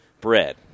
bread